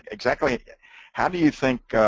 exactly how do you think,